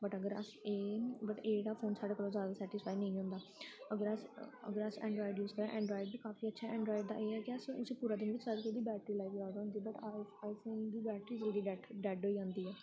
बस अगर अस एह् बट एह् जेह्ड़ा फोन साढ़े कोला जादा सैटिस्फाई नेईं होंदा अगर अस अगर अस ऐंडरायड यूज़ करने आं ऐंडरॉयड बी काफी अच्छा ऐ ऐंडरॉयड दा एह् ऐ कि अस उसी अस पूरा दिन बी चलागे ओह्दी बैटरी लाइफ जादा होंदी बट आई आई फोन दी बैटरी जल्दी डैड होई जंदी ऐ